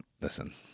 Listen